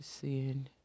seeing